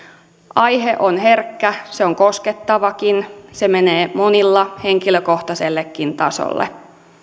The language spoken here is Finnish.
aihe on herkkä se on koskettavakin se menee monilla henkilökohtaisellekin tasolle